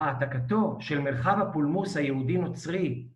העתקתו של מרחב הפולמוס היהודי-נוצרי